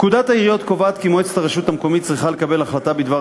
פקודת העיריות קובעת כי מועצת הרשות המקומית צריכה לקבל החלטה בדבר